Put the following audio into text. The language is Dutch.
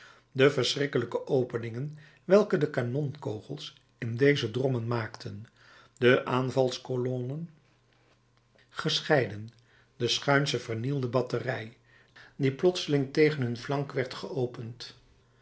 de verschrikkelijke openingen welke de kanonkogels in deze drommen maakten de aanvalskolonnen gescheiden de schuinsche vernielende batterij die plotseling tegen hun flank werd geopend